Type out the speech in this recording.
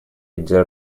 виде